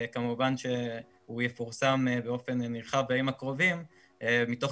כמובן שהוא יפורסם באופן נרחב בימים הקרובים מתוך